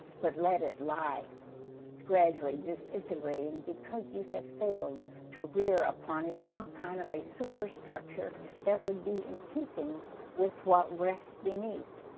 but let it lie gradually disintegrating because you have failed to riripon is some kind of a superstructure that would be in keeping with what? rests, beneath